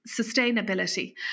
sustainability